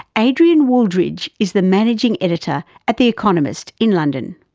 adrian wooldridge is the managing editor at the economist, in london.